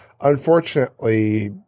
unfortunately